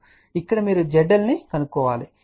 కాబట్టి ఇక్కడ మీరు zL ను కనుగొంటారు